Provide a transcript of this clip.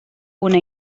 una